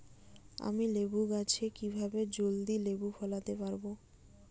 আমি লেবু গাছে কিভাবে জলদি লেবু ফলাতে পরাবো?